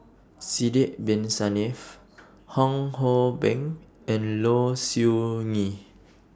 Sidek Bin Saniff Fong Hoe Beng and Low Siew Nghee